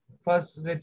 First